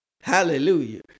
Hallelujah